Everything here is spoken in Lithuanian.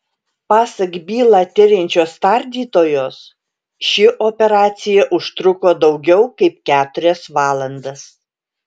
pasak bylą tiriančios tardytojos ši operacija užtruko daugiau kaip keturias valandas